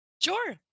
sure